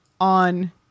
on